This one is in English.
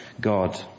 God